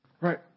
Right